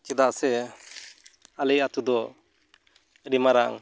ᱪᱮᱫᱟᱜ ᱥᱮ ᱟᱞᱮ ᱟᱛᱳ ᱫᱚ ᱟᱹᱰᱤ ᱢᱟᱨᱟᱝ